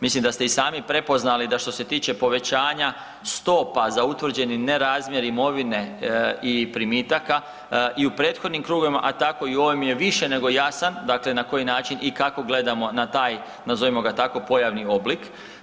Mislim da ste i sami prepoznali da što se tiče povećanja stopa za utvrđeni nerazmjer imovine i primitaka i u prethodnim krugovima, a tako i u ovim je više nego jasan na koji način i kako gledamo na taj, nazovimo ga tako pojavni oblik.